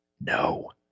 no